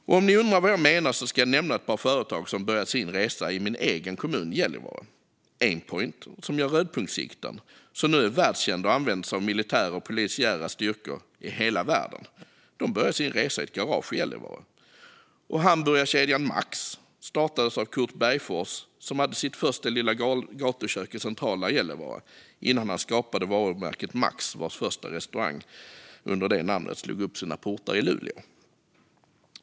Om ni undrar vad jag menar ska jag nämna ett par företag som börjat sin resa i min egen kommun Gällivare. Aimpoint, som gör rödpunktssikten som nu är världskända och används av militära och polisiära styrkor i hela världen, började sin resa i ett garage i Gällivare. Hamburgerkedjan Max startades av Curt Bergfors, som hade sitt första lilla gatukök i centrala Gällivare innan han skapade varumärket Max, vars första restaurang under det namnet slog upp sina portar i Luleå.